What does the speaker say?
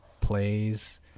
plays